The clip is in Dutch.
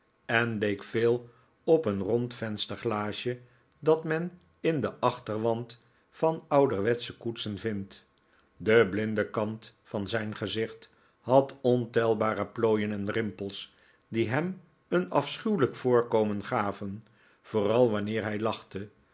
en leek veel op een rond vensterglaasje dat men in den achterwand van ouderwetsche koetsen vindt de blinde kant van zijn gezicht had ontelbare plooien en rimpels die hem een afschuwelijk voorkomen gaven vooral wanneer hij lachte